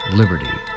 liberty